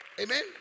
Amen